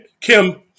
Kim